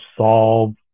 solve